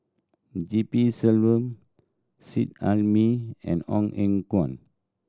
G P Selvam Seet Ai Mee and Ong Eng Guan